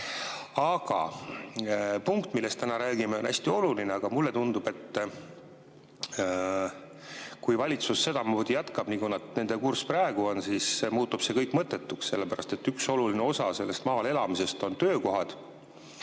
Punkt, millest täna räägime, on hästi oluline, aga mulle tundub, et kui valitsus sedamoodi jätkab, nagu nende kurss praegu on, siis muutub see kõik mõttetuks. Nimelt sellepärast, et üks oluline osa maal elamisest on töökohad.